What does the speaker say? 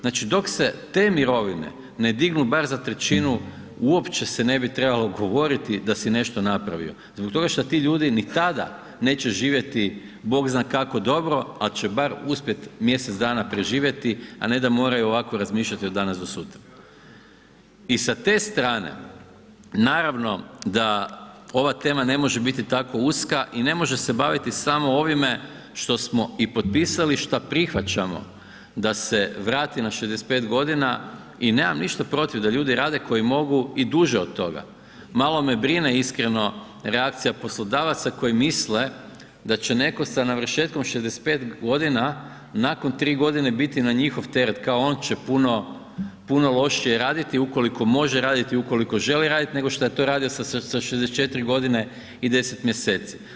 Znači dok se te mirovine ne dignu bar za trećinu uopće se ne bi trebalo govoriti da si nešto napravio zbog toga šta ti ljudi ni tada neće živjeti Bog zna kako dobro, al će bar uspjet mjesec dana preživjeti, a ne da moraju ovako razmišljati od danas do sutra i sa te strane naravno da ova tema ne može biti tako uska i ne može se baviti samo ovime što smo i potpisali, šta prihvaćamo da se vrati na 65.g. i nemam ništa protiv da ljudi rade koji mogu i duže od toga, malo me brine iskreno reakcija poslodavaca koji misle da će netko sa navršetkom 65.g. nakon 3.g. biti na njihov teret, kao on će puno, puno lošije raditi ukoliko može raditi, ukoliko želi raditi, nego šta je to radio sa 64.g. i 10. mjeseci.